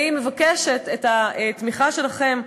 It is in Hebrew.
אני מבקשת את התמיכה שלכם,